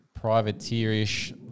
privateer-ish